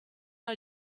our